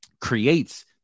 creates